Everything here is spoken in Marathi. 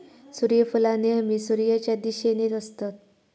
सुर्यफुला नेहमी सुर्याच्या दिशेनेच असतत